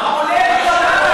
מה מספיק?